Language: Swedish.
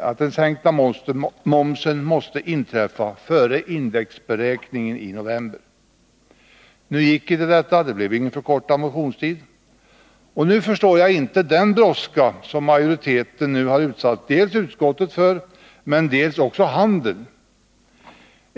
att sänkningen av momsen måste inträffa före indexberäkningen i november. Nu gick inte detta — det blev ingen förkortad motionstid. Och jag förstår inte den brådska som majoriteten nu har utsatt dels utskottet, dels också handeln för.